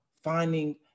finding